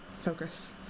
Focus